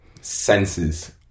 senses